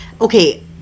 Okay